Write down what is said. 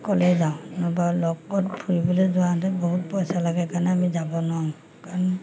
অকলে যাওঁ নতুবা লগত ফুৰিবলে যোৱা হ'লে বহুত পইচা লাগে কাৰণে আমি যাব নোৱাৰোঁ কাৰণ